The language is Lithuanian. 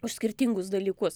už skirtingus dalykus